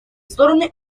стороны